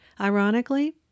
ironically